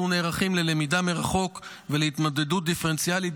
אנחנו נערכים ללמידה מרחוק ולהתמודדות דיפרנציאלית,